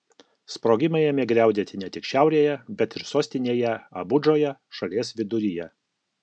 sprogimai ėmė griaudėti ne tik šiaurėje bet ir sostinėje abudžoje šalies viduryje